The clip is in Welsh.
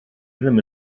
ddim